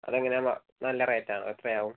അത് എങ്ങനെയാണ് മ നല്ല റേറ്റ് ആണോ എത്രയാവും